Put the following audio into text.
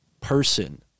person